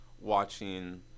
watching